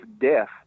death